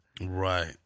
Right